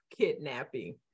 kidnapping